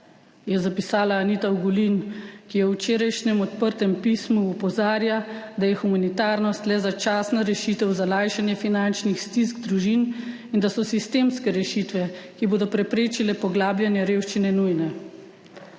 je zapisala Anita Ogulin, ki v včerajšnjem odprtem pismu opozarja, da je humanitarnost le začasna rešitev za lajšanje finančnih stisk družin in da so sistemske rešitve, ki bodo preprečile poglabljanje revščine, nujne.